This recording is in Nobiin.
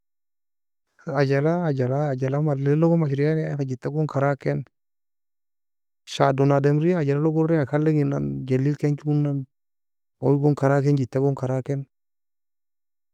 عجلة عجلة عجلة malay log ashria eni jitta gon karaken, shadon ademri ajelalog orenga kalenginan, jellil ken jonan, oye gon kraken jitta gon karaken.